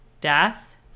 Das